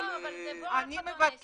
אבל -- אני פה דווקא לצדך.